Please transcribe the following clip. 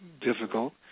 difficult